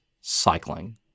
cycling